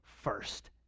first